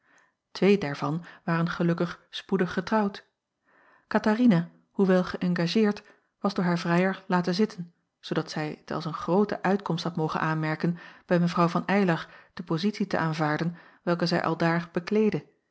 twee daarvan waren gelukkig spoedig getrouwd katharina hoewel geëngageerd was door haar vrijer laten zitten zoodat zij het als een groote uitkomst had mogen aanmerken bij mw van eylar de pozitie te aanvaarden welke zij aldaar bekleedde